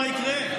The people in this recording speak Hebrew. מה יקרה?